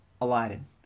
Aladdin